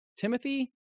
Timothy